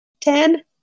Ten